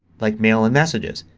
like mail and messages.